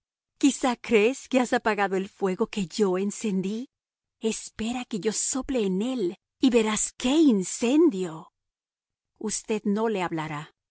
quizás crees que has apagado el fuego que yo encendí espera que yo sople en él y verás qué incendio usted no le hablará